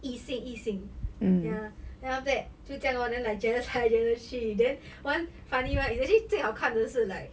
异性异性 ya then after that 就这样 lor like 觉得猜觉得去 then one funny is actually 最好看的是 like